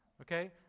Okay